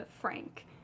Frank